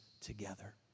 together